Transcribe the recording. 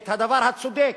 את הדבר הצודק.